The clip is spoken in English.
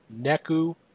Neku